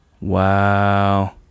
Wow